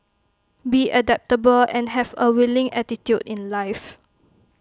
be adaptable and have A willing attitude in life